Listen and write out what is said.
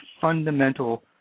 fundamental